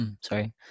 Sorry